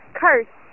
curse